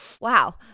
Wow